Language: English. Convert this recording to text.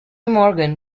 morgan